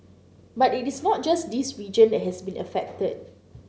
but it is not just this region that has been affected